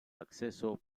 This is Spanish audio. acceso